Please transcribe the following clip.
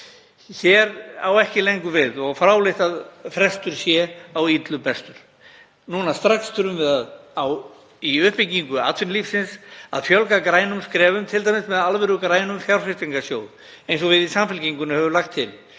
Hér á ekki lengur við og er fráleitt að frestur sé á illu bestur. Núna strax þurfum við í uppbyggingu atvinnulífsins að fjölga grænum skrefum, t.d. með alvörugrænan fjárfestingarsjóð eins og við í Samfylkingunni höfum lagt til.